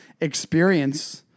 experience